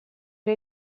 era